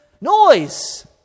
noise